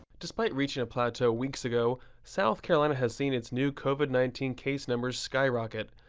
despite reach and a plateau weeks ago, south carolina has seen its new covid nineteen case numbers skyrocket,